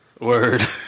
word